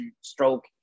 stroke